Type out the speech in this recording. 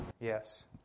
Yes